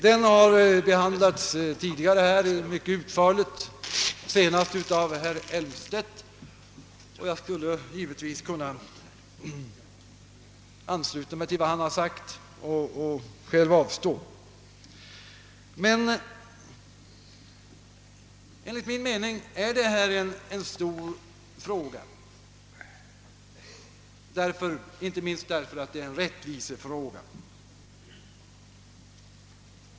Den frågan har behandlats tidigare här mycket utförligt senast av herr Elmstedt, och jag skulle kunna ansluta mig till vad han har sagt och själv avstå från att yttra mig i frågan. Emellertid är det enligt min mening en stor fråga, inte minst därför att det är en rättvisefråga.